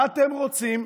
מה אתם רוצים?